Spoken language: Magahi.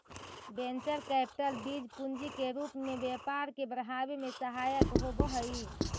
वेंचर कैपिटल बीज पूंजी के रूप में व्यापार के बढ़ावे में सहायक होवऽ हई